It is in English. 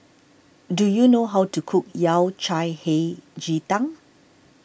do you know how to cook Yao Cai Hei Ji Tang